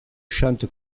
chante